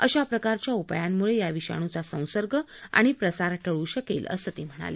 अशा प्रकारच्या उपायांमुळे या विषाणूचा संसर्ग आणि प्रसार टळू शकेल असं ते म्हणाले